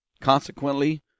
Consequently